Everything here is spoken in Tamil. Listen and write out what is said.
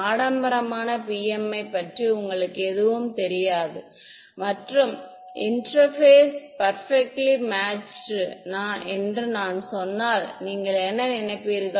ஆடம்பரமான PMI பற்றி உங்களுக்கு எதுவும் தெரியாது மற்றும் இன்டெர்பேஸ் பெர்பெக்ட்லி மேட்சுடு நான் சொன்னால் நீங்கள் என்ன நினைப்பீர்கள்